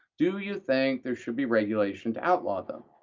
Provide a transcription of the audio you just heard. do you think there should be regulation to outlaw them?